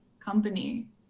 company